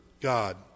God